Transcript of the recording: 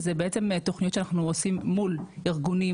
שזה בעצם תכניות שאנחנו עושים מול ארגונים,